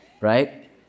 right